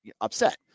upset